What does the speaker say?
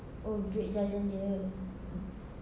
oh duit jajan dia